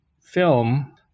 film